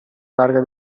larga